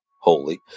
holy